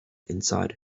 inside